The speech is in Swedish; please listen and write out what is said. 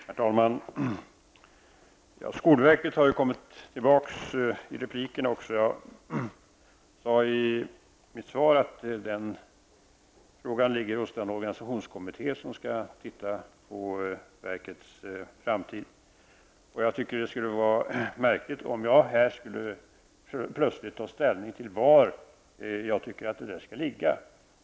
Herr talman! Skolverket har tagits upp även i replikerna. Jag sade i mitt svar att den frågan utreds av den organisationskommitté som skall se över verkets framtid. Jag tycker att det skulle vara märkligt om jag här plötligt skulle ta ställning till var jag tycker att detta verk skall placeras.